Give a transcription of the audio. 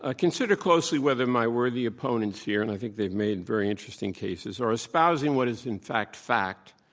ah consider closely whether my worthy opponents here and i think they've made very interesting cases are espousing what is in fact fact,